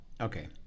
Okay